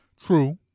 True